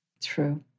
True